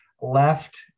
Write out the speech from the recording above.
left